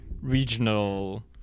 regional